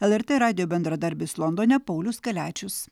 lrt radijo bendradarbis londone paulius kaliačius